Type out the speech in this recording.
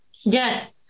Yes